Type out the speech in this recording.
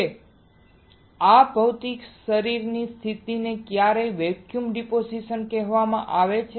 હવે આ ભૌતિક શરીરની સ્થિતિને ક્યારેક વેક્યુમ ડિપોઝિશન કહેવામાં આવે છે